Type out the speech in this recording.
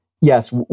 yes